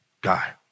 guy